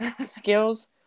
skills